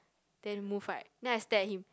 then move right then I stared at him